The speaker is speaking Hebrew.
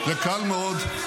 זה קל מאוד,